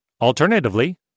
Alternatively